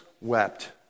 wept